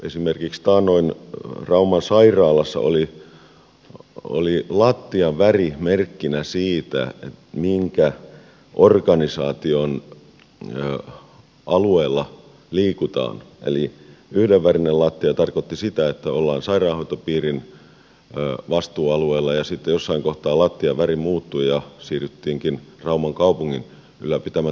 esimerkiksi taannoin rauman sairaalassa oli lattian väri merkkinä siitä minkä organisaation alueella liikutaan eli tietyn värinen lattia tarkoitti sitä että ollaan sairaanhoitopiirin vastuualueella ja sitten jossain kohtaa lattian väri muuttui ja siirryttiinkin rauman kaupungin ylläpitämän terveyskeskuksen puolelle